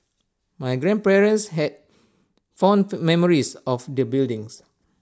my grandparents had fond memories of the buildings